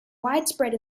widespread